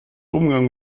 umgang